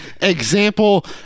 Example